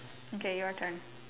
okay your turn